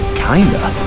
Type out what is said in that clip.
kinda?